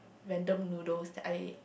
random noodles that I